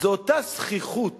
זו אותה זחיחות